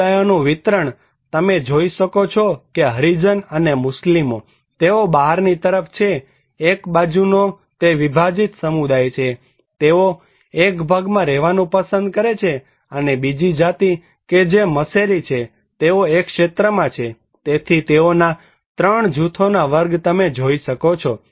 સમુદાયો નું વિતરણ તમે જોઈ શકો છો કે હરિજન અને મુસ્લિમો તેઓ બહારની તરફ છે એક બાજુનો તે વિભાજિત સમુદાય છે તેઓ એક ભાગમાં રહેવાનું પસંદ કરે છે અને બીજી જાતિ કે જે મશેરી છે તેઓ એક ક્ષેત્રમાં છે તેથી તેઓના 3 જૂથોના વર્ગ તમે જોઈ શકો છો